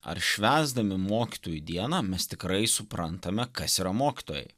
ar švęsdami mokytojų dieną mes tikrai suprantame kas yra mokytojai